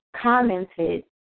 commented